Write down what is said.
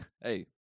Hey